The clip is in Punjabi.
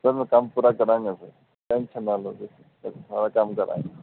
ਸਰ ਮੈਂ ਕੰਮ ਪੂਰਾ ਕਰਾਂਗਾ ਸਰ ਟੈਂਸ਼ਨ ਨਾ ਲਿਓ ਤੁਸੀਂ ਸਰ ਸਾਰਾ ਕੰਮ ਕਰਾਂਗਾ